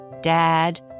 Dad